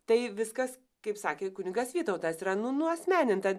tai viskas kaip sakė kunigas vytautas yra nu nuasmeninta